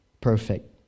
perfect